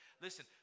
Listen